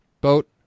Boat